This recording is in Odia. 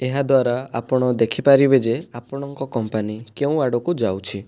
ଏହା ଦ୍ୱାରା ଆପଣ ଦେଖିପାରିବେ ଯେ ଆପଣଙ୍କ କମ୍ପାନୀ କେଉଁ ଆଡ଼କୁ ଯାଉଛି